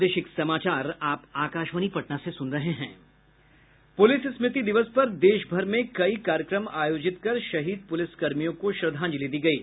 प्रलिस स्मृति दिवस पर देश भर में कई कार्यक्रम आयोजित कर शहीद प्रलिस कर्मियों को श्रद्धांजलि दी गयी